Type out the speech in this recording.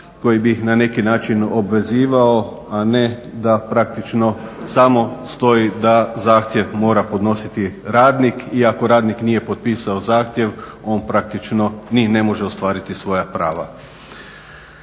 koji bi na neki način obvezivao a ne da samo stoji da zahtjev mora podnositi radnik i ako radnih nije potpisao zahtjev on praktično ni ne može ostvariti svoja prava.